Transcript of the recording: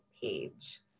Page